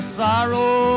sorrow